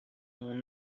mon